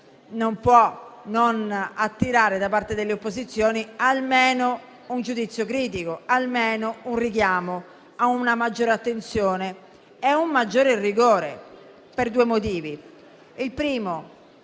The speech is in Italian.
non può non attirare da parte delle opposizioni almeno un giudizio critico e un richiamo a una maggiore attenzione e a un maggiore rigore, per due motivi. Il primo